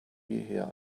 jeher